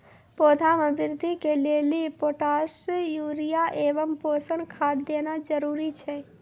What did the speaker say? पौधा मे बृद्धि के लेली पोटास यूरिया एवं पोषण खाद देना जरूरी छै?